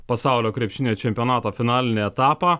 pasaulio krepšinio čempionato finalinį etapą